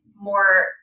more